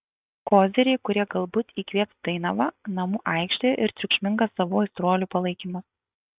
koziriai kurie galbūt įkvėps dainavą namų aikštė ir triukšmingas savų aistruolių palaikymas